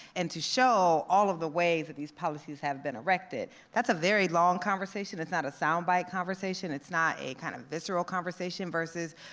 and to show all of the ways that these policies have been erected. that's a very long conversation, it's not a soundbite conversation, it's not a kind of visceral conversation versus,